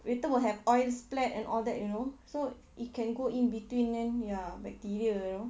later will have oil splat and all that you know so it can go in between then ya bacteria you know